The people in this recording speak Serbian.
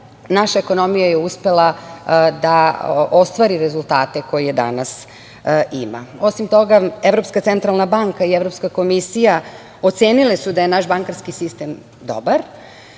naša ekonomija je uspela da ostvari rezultate koje danas ima. Osim toga, evropska Centralna banka i Evropska komisija ocenile su da je naš bankarski sistem dobar.